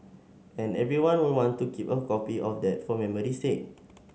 and everyone will want to keep a copy of that for memory's sake